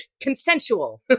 Consensual